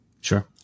Sure